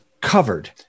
covered